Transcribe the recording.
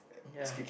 ya